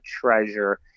treasure